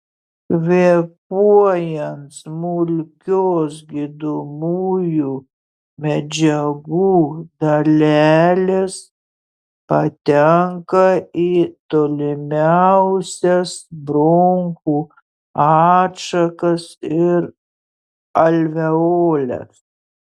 kvėpuojant smulkios gydomųjų medžiagų dalelės patenka į tolimiausias bronchų atšakas ir alveoles